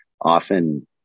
often